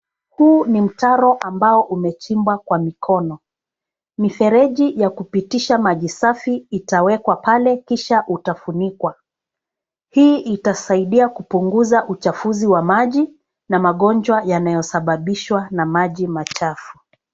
Huu ni mtaro ambao umechimbwa kwa mikono. Mifereji ya kupitisha maji safi itawekwa pale kisha utafunikwa. Hii itasaidia kupunguza uchafuzi wa maji na magonjwa yanayosababishwa na maji machafu.